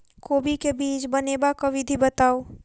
कोबी केँ बीज बनेबाक विधि बताऊ?